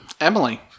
Emily